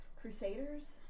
Crusaders